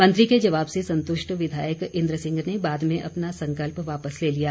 मंत्री के जवाब से संतुष्ट विधायक इंद्र सिंह ने बाद में अपना संकल्प वापस ले लिया